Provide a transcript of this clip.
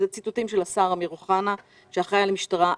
אלה ציטוטים מדברים שאמר השר אמיר אוחנה שאחראי על המשטרה.